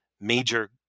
major